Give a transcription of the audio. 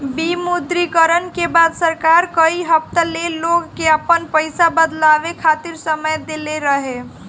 विमुद्रीकरण के बाद सरकार कई हफ्ता ले लोग के आपन पईसा बदलवावे खातिर समय देहले रहे